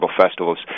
festivals